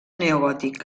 neogòtic